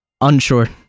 Unsure